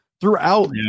Throughout